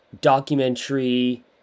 documentary